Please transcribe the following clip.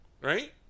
Right